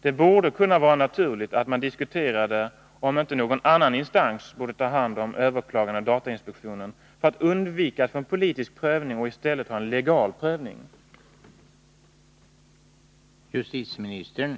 Det borde kunna vara naturligt att diskutera om inte någon annan instans borde ta hand om överklaganden beträffande datainspektionen, för att undvika en politisk prövning och i stället ha en legal prövning.